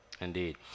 Indeed